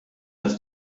qed